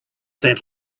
that